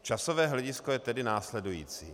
Časové hledisko je tedy následující.